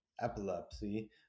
epilepsy